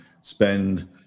spend